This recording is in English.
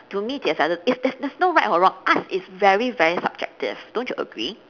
to me there's other is there's there's no right or wrong arts is very very subjective don't you agree